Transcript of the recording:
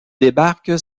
débarquent